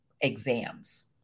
exams